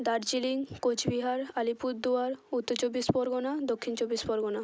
দার্জিলিং কোচবিহার আলিপুরদুয়ার উত্তর চব্বিশ পরগনা দক্ষিণ চব্বিশ পরগনা